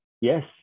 Yes